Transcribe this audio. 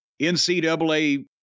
NCAA